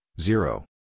zero